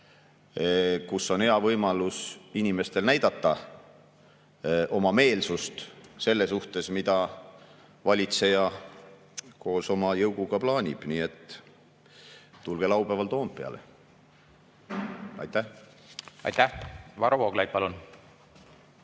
kus on hea võimalus inimestel näidata oma meelsust selle suhtes, mida valitseja koos oma jõuguga plaanib. Nii et tulge laupäeval Toompeale! Aitäh! Ja kõige selle